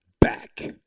back